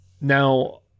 Now